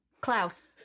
Klaus